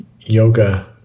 yoga